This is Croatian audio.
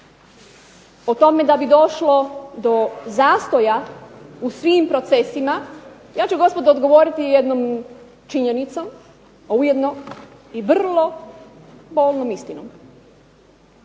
o tome da bi došlo do zastoja u svim procesima, ja ću gospodo odgovoriti jednom činjenicom, a ujedno i vrlo pomnom istinom.